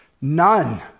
None